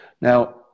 Now